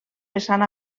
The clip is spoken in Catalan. vessant